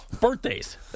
Birthdays